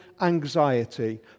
anxiety